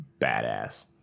badass